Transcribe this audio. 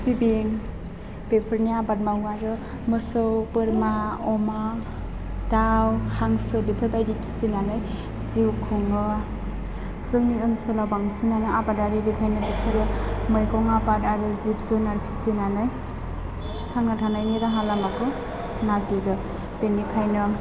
सिबिं बेफोरनि आबाद मावो आरो मोसौ बोरमा अमा दाउ हांसो बेफोरबायदि फिसिनानै जिउ खुङो जोंनि ओनसोलाव बांसिनानो आबादारि बेखायनो बिसोरो मैगं आबाद आरो जिब जुनार फिसिनानै थांना थानायनि राहा लामाखौ नागिरो बेनिखायनो